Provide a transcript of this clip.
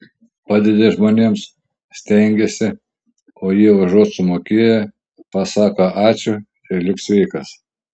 padedi žmonėms stengiesi o jie užuot sumokėję pasako ačiū ir lik sveikas